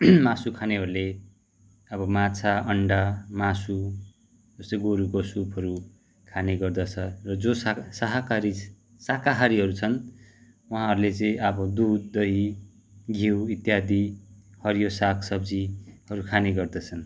मासु खानेहरूले अब माछा अन्डा मासु जस्तै गोरुको सुपहरू खाने गर्दछ र जो साह साहकारी साकाहारीहरू छन् उहाँहरूले चाहिँ अब दुध दही घिउ इत्यादि हरियो साग सब्जीहरू खाने गर्दछन्